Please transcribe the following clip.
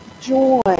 joy